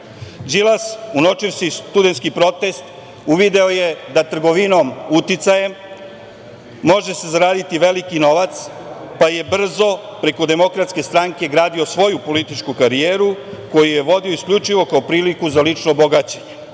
Đilas, unovčivši studentski protest, uvideo je da trgovinom uticajem može se zaraditi veliki novac, pa je brzo preko DS gradio svoju političku karijeru, koju je vodio isključivo kao priliku za lično bogaćenje. Dragan